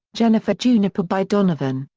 jennifer juniper by donovan,